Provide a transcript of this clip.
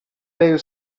their